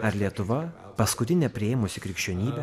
ar lietuva paskutinė priėmusi krikščionybę